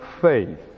faith